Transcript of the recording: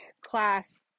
class